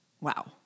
wow